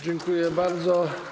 Dziękuję bardzo.